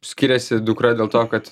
skiriasi dukra dėl to kad